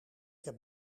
heb